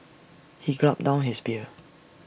he gulped down his beer